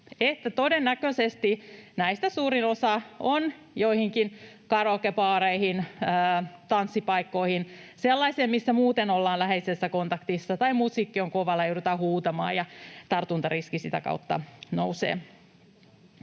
todennäköisesti näistä suurin osa on joihinkin karaokebaareihin tai tanssipaikkoihin liittyviä, sellaisiin, missä muuten ollaan läheisessä kontaktissa tai musiikki on kovalla, joudutaan huutamaan, ja tartuntariski sitä kautta nousee.